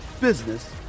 business